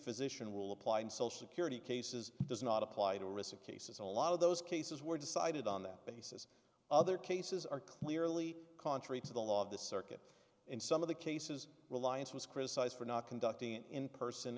physician rule applied social security cases does not apply to orissa cases a lot of those cases were decided on that basis other cases are clearly contrary to the law of the circuit in some of the cases reliance was criticized for not conducting it in person